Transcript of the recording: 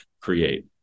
create